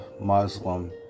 Muslim